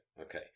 Okay